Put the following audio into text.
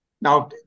Now